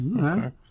Okay